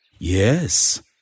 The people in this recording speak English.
Yes